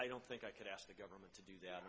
i don't think i could ask the government to do that